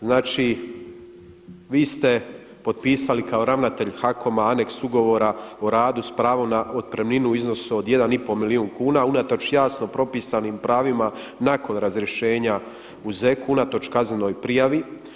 Znači vi ste potpisali kao ravnatelj HAKOM-a aneks ugovora o radu s pravom na otpremninu u iznosu od 1,5 milijun kuna unatoč jasno propisanim pravima nakon razrješenja u … unatoč kaznenoj prijavi.